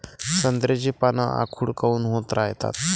संत्र्याची पान आखूड काऊन होत रायतात?